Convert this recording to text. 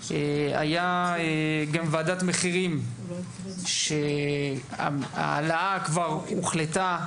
הייתה גם ועדת מחירים שהוחלט כבר על ההעלאה,